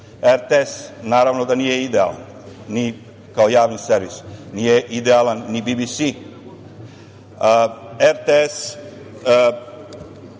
RTS, naravno da nije idealan kao javni servis. Nije idealan ni BBC. RTS,